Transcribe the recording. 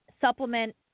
supplement